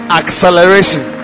acceleration